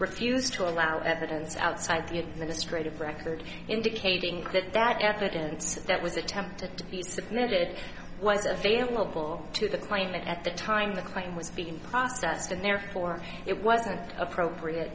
refused to allow evidence outside the administrative record indicating that that evidence that was attempted to be submitted was available to the plane at the time the claim was being processed and therefore it wasn't appropriate